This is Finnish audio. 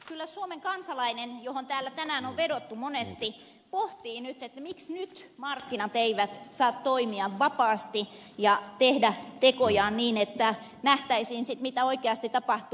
kyllä suomen kansalainen johon täällä tänään on vedottu monesti pohtii nyt miksi nyt markkinat eivät saa toimia vapaasti ja tehdä tekojaan niin että nähtäisiin sitten mitä oikeasti tapahtuu